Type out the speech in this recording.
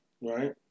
Right